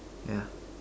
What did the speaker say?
yeah